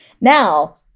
now